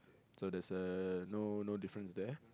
so there's uh no no difference there